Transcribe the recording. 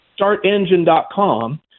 startengine.com